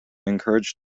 encouraged